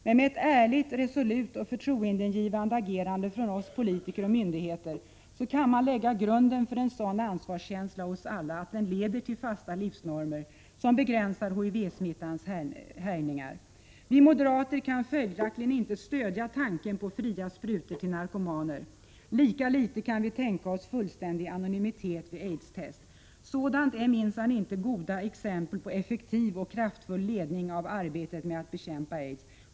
Men med ett ärligt, resolut och förtroendeingivande agerande från oss politiker och från myndigheterna kan grunden läggas för en sådan ansvarskänsla hos alla som leder till fasta livsnormer, vilka begränsar HIV-smittans härjningar. Vi moderater kan följaktligen inte stödja tanken på fria sprutor till narkomaner. Lika litet kan vi tänka oss fullständig anonymitet vid aidstest. Det är minsann inte goda exempel på effektiv och kraftfull ledning av arbetet med att bekämpa aids.